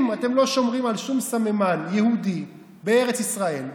אם אתם לא שומרים על שום סממן יהודי בארץ ישראל,